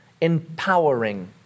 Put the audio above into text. empowering